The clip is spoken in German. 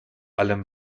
allem